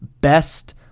best